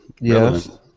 Yes